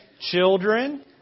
Children